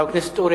חבר הכנסת פלסנר?